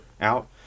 out